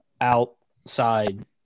outside